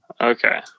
Okay